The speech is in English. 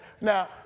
Now